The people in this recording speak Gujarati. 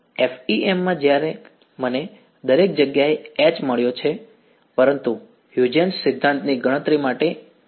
FEM માં મને દરેક જગ્યાએ H મળ્યો છે પરંતુ હ્યુજેન્સ સિદ્ધાંતની ગણતરી માટે Eની જરૂર છે